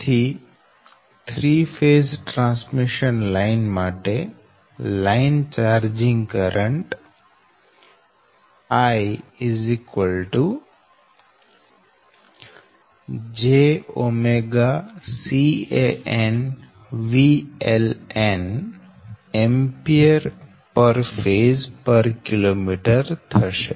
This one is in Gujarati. તેથી 3 ફેઝ ટ્રાન્સમીશન લાઈન માટે line charging current I jCanVLN Ampphasekm થશે